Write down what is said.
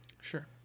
Sure